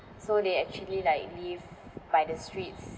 so they actually like live by the streets